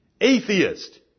Atheist